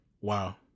Wow